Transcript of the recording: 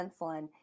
insulin